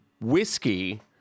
whiskey